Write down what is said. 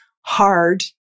hard